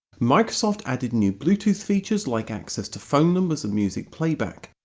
microsoft added new bluetooth features like access to phone numbers and music playback.